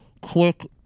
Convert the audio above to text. quick